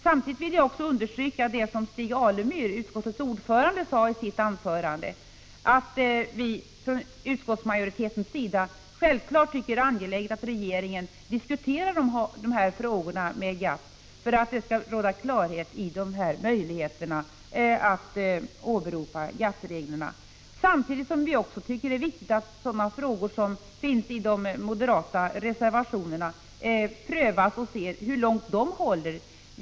Samtidigt vill jag understryka det som utskottets ordförande Stig Alemyr sade i sitt anförande, nämligen att vi från utskottsmajoritetens sida självfallet tycker att det är angeläget att regeringen diskuterar de här frågorna med GATT för att det skall råda klarhet om möjligheterna att åberopa GATT reglerna. Det är dessutom viktigt att sådana frågor som tas upp i de moderata reservationerna prövas, så att man ser hur långt de håller.